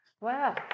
Wow